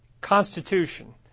Constitution